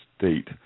state